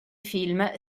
film